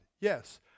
yes